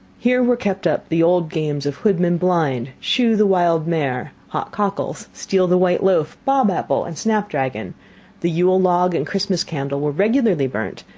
here were kept up the old games of hoodman blind, shoe the wild mare, hot cockles, steal the white loaf, bob apple and snapdragon the yule log and christmas candle were regularly burnt,